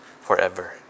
forever